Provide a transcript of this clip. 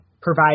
provide